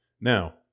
Now